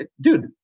dude